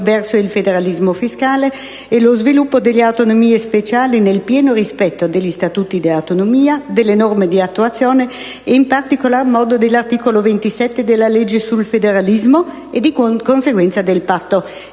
nel cammino intrapreso verso il federalismo fiscale e lo sviluppo delle autonomie speciali nel pieno rispetto degli statuti dell'autonomia, delle norme di attuazione e in particolar modo dell'articolo 27 della legge sul federalismo e, di conseguenza, del patto